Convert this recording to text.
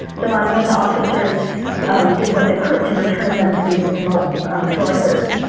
the monuments officers did what they could to return them to the original sources.